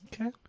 Okay